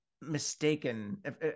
mistaken